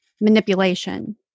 manipulation